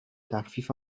تخفیف